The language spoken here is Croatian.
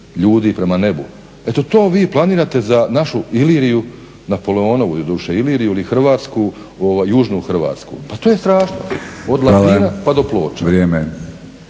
ljudi prema nebu. Eto to vi planirate za našu Iliriju napoleonovu Iliriju ili hrvatsku južnu Hrvatsku. Pa to je strašno. **Batinić, Milorad